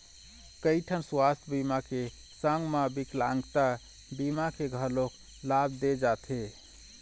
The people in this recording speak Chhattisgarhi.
कइठन सुवास्थ बीमा के संग म बिकलांगता बीमा के घलोक लाभ दे जाथे